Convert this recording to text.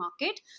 market